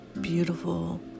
beautiful